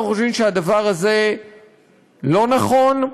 אנחנו חושבים שהדבר הזה לא נכון,